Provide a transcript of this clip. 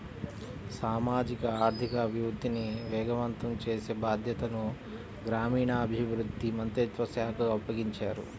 సామాజిక ఆర్థిక అభివృద్ధిని వేగవంతం చేసే బాధ్యతను గ్రామీణాభివృద్ధి మంత్రిత్వ శాఖకు అప్పగించారు